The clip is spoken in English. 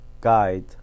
guide